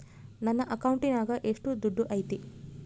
ನನ್ನ ಅಕೌಂಟಿನಾಗ ಎಷ್ಟು ದುಡ್ಡು ಐತಿ?